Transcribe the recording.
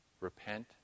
Repent